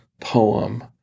poem